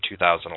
2011